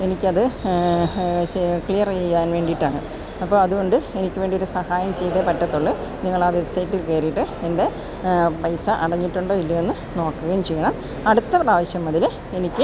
എനിക്കത് ക്ലിയറെയ്യാൻ വേണ്ടിയിട്ടാണ് അപ്പോള് അതുകൊണ്ട് എനിക്ക് വേണ്ടിയൊരു സഹായം ചെയ്തേ പറ്റത്തുള്ളൂ നിങ്ങളാ വെബ്സൈറ്റില് കയറിയിട്ട് എൻ്റെ പൈസ അടഞ്ഞിട്ടുണ്ടോ ഇല്ലിയോന്ന് നോക്കുകയും ചെയ്യണം അടുത്ത പ്രാവശ്യം മുതല് എനിക്ക്